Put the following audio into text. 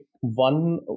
One